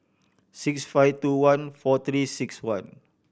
six five two one four Three Six One